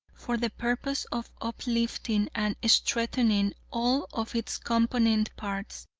for the purpose of uplifting and strengthening all of its component parts,